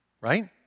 right